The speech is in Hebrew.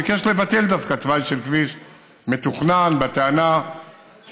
הוא ביקש לבטל דווקא תוואי של כביש מתוכנן בטענה שזה